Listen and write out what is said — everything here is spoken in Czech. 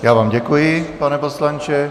Já vám děkuji, pane poslanče.